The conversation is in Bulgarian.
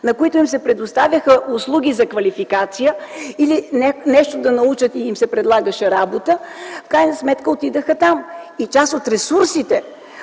на които им се предоставяха услуги за квалификация или да научат нещо и им се предлагаше работа, в крайна сметка отидоха там и част от ресурсите,